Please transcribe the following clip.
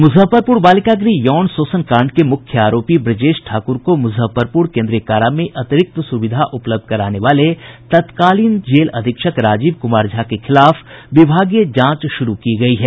मुजफ्फरपुर बालिका गृह यौन शोषण कांड के मुख्य आरोपी ब्रजेश ठाकुर को मुजफ्फरपुर केन्द्रीय कारा में अतिरिक्त सुविधा उपलब्ध कराने वाले तत्कालीन जेल अधीक्षक राजीव कुमार झा के खिलाफ विभागीय जांच शुरू की गयी है